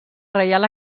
reial